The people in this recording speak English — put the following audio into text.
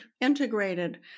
integrated